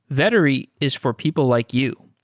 vettery is for people like you.